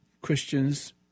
Christians